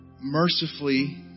Mercifully